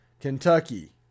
Kentucky